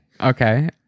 Okay